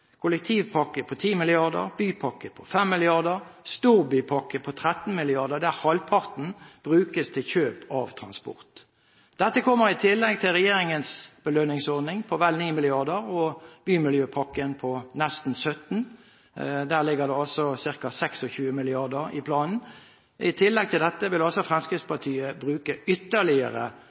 kollektivpakke på 10 mrd. kr, en bypakke på 5 mrd. kr, og en storbypakke på 13 mrd. kr, der halvparten brukes til kjøp av transport. Dette kommer i tillegg til regjeringens belønningsordning på vel 9 mrd. kr og bymiljøpakken på nesten 17 mrd. kr. Der ligger det altså ca. 26 mrd. kr i planen. I tillegg til dette vil Fremskrittspartiet bruke ytterligere